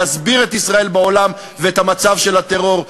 להסביר את ישראל בעולם ואת המצב של הטרור.